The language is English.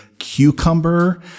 cucumber